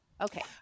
Okay